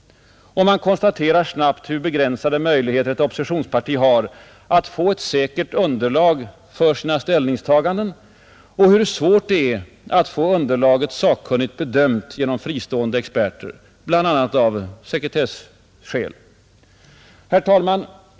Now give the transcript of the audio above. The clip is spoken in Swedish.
Man konstaterar snabbt hur begränsade möjligheter ett oppositionsparti har att få ett säkert underlag för sina ställningstaganden och hur svårt det är att få underlaget sakkunnigt bedömt genom fristående experter, bl.a. av sekretesskäl, Herr talman!